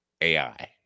AI